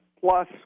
plus